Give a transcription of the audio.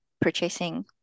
purchasing